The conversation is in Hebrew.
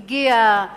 הגיע,